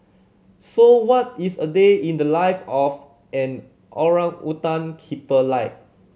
so what is a day in the life of an orangutan keeper like